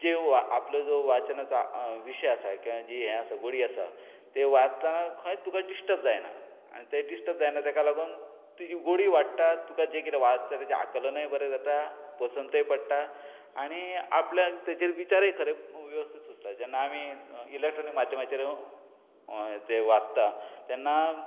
जेव्हा आपलो जो वाचनाचो विशय आसा हे आसा गोडी आसा ते वाचताना खंयच तुका डिस्टर्ब जायना आनी ते डिस्टर्ब जायना तेका लागून तुजी गोडी वाडटा जे कितें वाचतले ताजे आकलनूय बरें जाता पसंतय पडटा आनी आपल्यान ताजेर विचारय खंयचे वेवस्थीत सुचता जेन्ना आमी इलॅक्ट्रॉनीक माध्यमांचेर हें तें वाचता तेन्ना